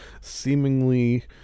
seemingly